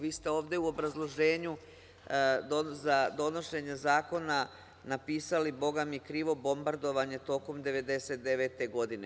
Vi ste ovde u obrazloženju za donošenje zakona napisali bogami da je krivo bombardovanje tokom 1999. godine.